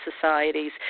societies